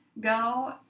Go